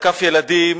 שתקף ילדים